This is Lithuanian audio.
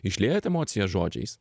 išliejat emocijas žodžiais